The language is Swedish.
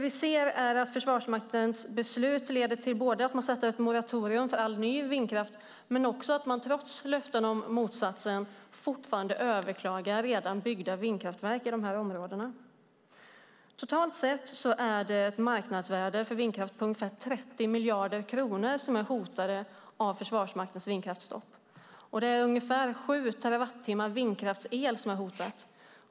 Vi ser att Försvarsmaktens beslut leder både till att man sätter ett moratorium för all ny vindkraft och till att man, trots löften om motsatsen, fortfarande överklagar redan byggda vindkraftverk i dessa områden. Ett marknadsvärde för vindkraft på totalt ca 30 miljarder kronor är hotat av Försvarsmaktens vindkraftsstopp. Det innebär att ungefär 7 terawattimmar vindkraftsel är hotat.